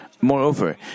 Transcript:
Moreover